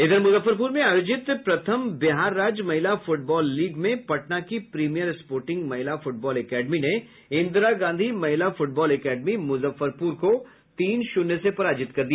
इधर मुजफ्फरपुर में आयोजित प्रथम बिहार राज्य महिला फूटबॉल लीग में पटना की प्रीमियर स्पोर्टिंग महिला फूटबॉल एकेडमी ने इंदिरा गांधी महिला फुटबॉल एकेडमी मुजफ्फरपुर को तीन शुन्य से पराजित किया